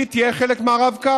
היא תהיה חלק מהרב-קו,